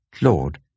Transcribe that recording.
Lord